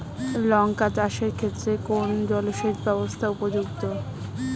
লঙ্কা চাষের ক্ষেত্রে কোন সেচব্যবস্থা উপযুক্ত?